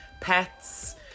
pets